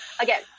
Again